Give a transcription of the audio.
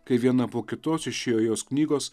kai viena po kitos išėjo jos knygos